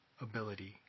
ability